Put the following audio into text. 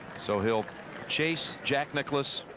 so he'll chase jack nicklaus.